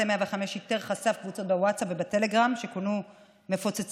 מטה 105 איתר וחשף קבוצות בווטסאפ ובטלגרם שכונו "מפוצצים